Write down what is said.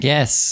Yes